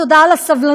תודה על הסבלנות,